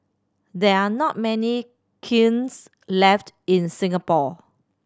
there are not many kilns left in Singapore